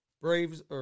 Braves